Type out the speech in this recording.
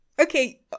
Okay